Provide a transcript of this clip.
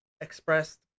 expressed